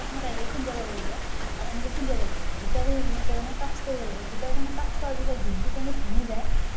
প্ৰথমতে এনেকৈ খুন্দিয়াব লাগিব আৰু এনেকৈ খুন্দিয়াব লাগিব দুটা কণী এনেকৈ মানে টাচ কৰিব লাগিব দুটাৰ কণী টচ কৰাৰ পিছত যোনটো কণী ভাঙি যায়